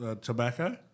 tobacco